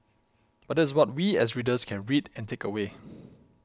but that's what we as readers can read and take away